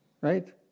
Right